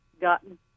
gotten